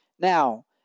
Now